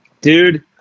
dude